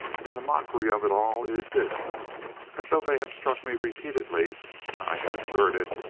and the mockery of it all is this that though they have struck me repeatedly and i have endured it,